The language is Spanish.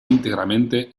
íntegramente